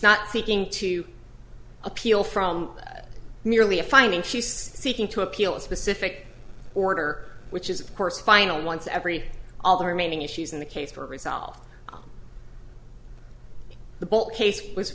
not seeking to appeal from merely a finding she's seeking to appeal a specific order which is of course a final once every all the remaining issues in the case to resolve the bolt case was